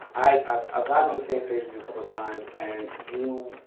i've gotten on the same stage as you a couple of times and you.